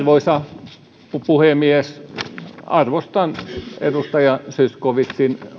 arvoisa puhemies arvostan edustaja zyskowiczin